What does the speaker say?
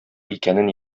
икәнен